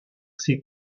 ses